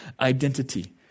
identity